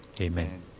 Amen